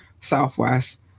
southwest